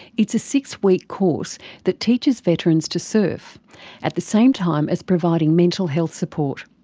it's a six-week course that teaches veterans to surf at the same time as providing mental health support.